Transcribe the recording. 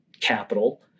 capital